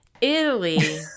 Italy